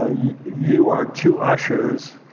ah you you are two ushers.